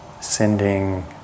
sending